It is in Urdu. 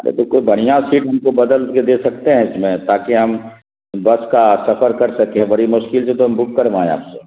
ارے تو کوئی بڑھیاں سیٹ ہم کو بدل کے دے سکتے ہیں اس میں تاکہ ہم بس کا سفر کر سکیں بڑی مشکل سے تو ہم بک کروائیں آپ سے